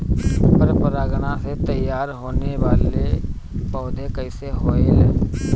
पर परागण से तेयार होने वले पौधे कइसे होएल?